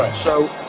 so,